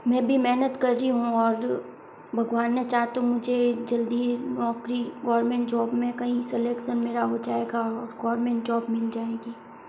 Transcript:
मैं भी मेहनत कर रही हूं और भगवान ने चाहा तो मुझे जल्दी ही नौकरी गवर्नमेंट जॉब में कहीं सिलेक्शन मेरा हो जाएगा गवर्नमेंट जॉब मिल जाएगी